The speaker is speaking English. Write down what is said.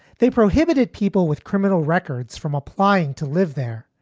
they prohibited people with criminal records from applying to live there.